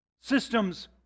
systems